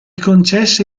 concesse